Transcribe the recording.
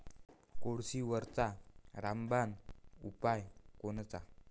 कोळशीवरचा रामबान उपाव कोनचा?